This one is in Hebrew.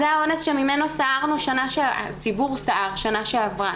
זה האונס שממנו הציבור סער בשנה שעברה,